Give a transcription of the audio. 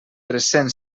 quinze